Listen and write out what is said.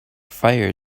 fire